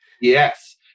Yes